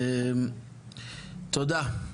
תודה.